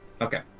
Okay